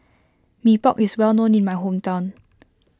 Mee Pok is well known in my hometown